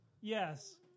Yes